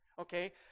okay